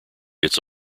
its